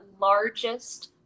largest